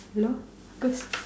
hello